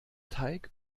teig